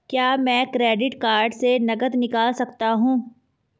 क्या मैं credit card से नकद निकाल सकता हूँ?